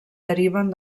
deriven